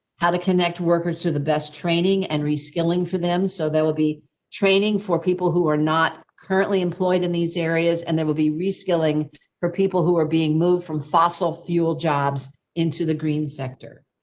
how to connect workers to the best training and rescaling for them so that will be training for people who are not currently employed in these areas. and they will be rescaling for people who are being moved from fossil fuel jobs into the green sector.